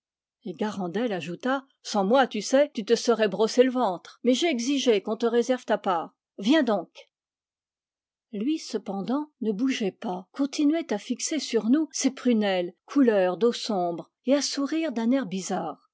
et garandel ajouta sans moi tu sais tu te serais brossé le ventre mais j'ai exigé qu'on te réserve ta part viens donc lui cependant ne bougeait pas continuait à fixer sur nous ses prunelles couleur d'eau sombre et à sourire d'un air bizarre